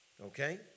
Okay